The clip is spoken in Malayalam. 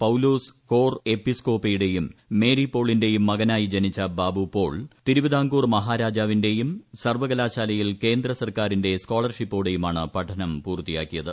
പൌലോസ് കോർഎപ്പിസ്കോപ്പയുടെയും മേരി പോളിന്റെയും മകനായി ജനിച്ച ബാബുപോൾ തിരുവിത്രാംകൂർ മഹാരാജാവിന്റെയും സർവ്വകലാശാലയിൽ കേന്ദ്ര സർക്കാരിന്റെ സ്കോളർഷിപ്പോടെയുമാണ് പഠനം പൂർത്തിയാക്കിയത്